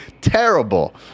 terrible